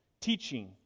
teaching